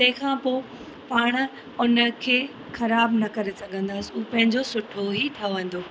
तंहिंखां पो पाण उन खे ख़राब न करे सघंदासीं उहो पंहिंजो सुठो ई ठहंदो